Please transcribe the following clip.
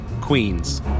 Queens